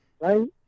right